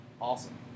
Awesome